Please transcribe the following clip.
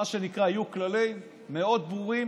מה שנקרא, יהיו כללים מאוד ברורים